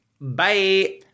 Bye